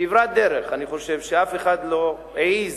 כברת דרך שאף אחד לא העז